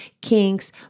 kinks